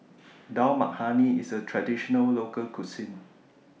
Dal Makhani IS A Traditional Local Cuisine